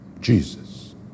Jesus